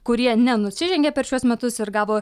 kurie nenusižengė per šiuos metus ir gavo